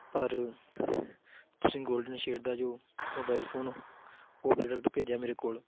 ਪਰ ਤੁਸੀਂ golden shade ਦਾ ਜੋ ਮੋਬਾਈਲ ਫੋਨ ਉਹ ਪ੍ਰੋਡਕਟ ਭੇਜਿਆ ਮੇਰੇ ਕੋਲ